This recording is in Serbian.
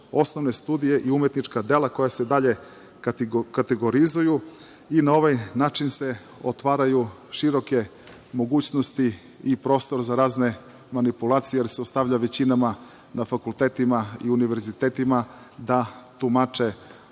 osnovne studije i umetnička dela koja se dalje kategorizuju. Na ovaj način se otvaraju široke mogućnosti i prostor za razne manipulacije, jer se ostavlja većinama na fakultetima i univerzitetima da tumače